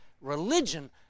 religion